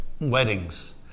weddings